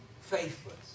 faithless